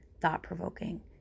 thought-provoking